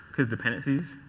because dependencies.